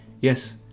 yes